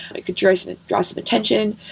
i could draw some draw some attention.